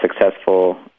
successful